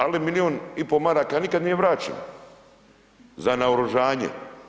Ali milijun i pol maraka nikad nije vraćeno za naoružanje.